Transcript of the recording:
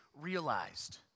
realized